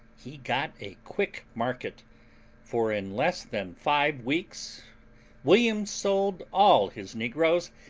he got a quick market for in less than five weeks william sold all his negroes,